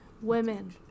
women